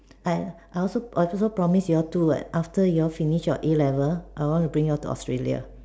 I I also I was also promise you all two what after you all finish your A-level I want to bring y'all to Australia